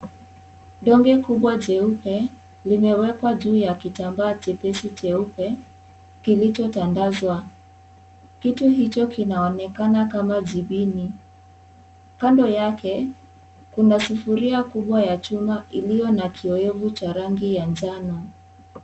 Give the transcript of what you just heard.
Donge kubwa jeupe limewekwa juu ya kitambaa chepesi cheupe kilichotandazwa, kitu hicho kinaonekana kama jibini, kando yake kuna sufuria kubwa ya chuma ilio na kiyoyevu cha rangi ya njano.